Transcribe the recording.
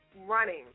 running